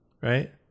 right